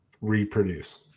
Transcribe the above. reproduce